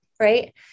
right